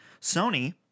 Sony